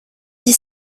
dix